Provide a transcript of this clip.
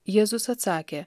jėzus atsakė